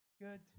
good